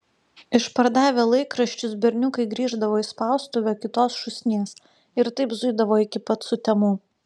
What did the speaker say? išpardavę laikraščius berniukai grįždavo į spaustuvę kitos šūsnies ir taip zuidavo iki pat sutemų